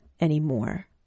anymore